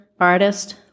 artist